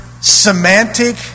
semantic